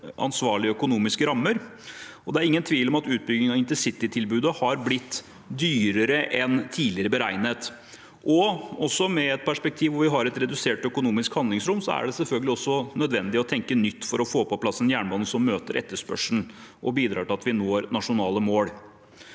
ansvarlige økonomiske rammer. Det er ingen tvil om at utbyggingen av intercitytilbudet har blitt dyrere enn tidligere beregnet. Og med et perspektiv hvor vi har et redusert økonomisk handlingsrom, er det selvfølgelig også nødvendig å tenke nytt for å få på plass en jernbane som møter etterspørselen og bidrar til at vi når nasjonale mål.